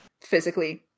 physically